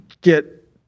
get